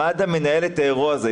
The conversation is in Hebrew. ומד"א מנהלת את האירוע הזה.